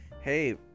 hey